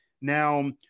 now